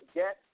get